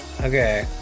Okay